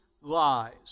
lies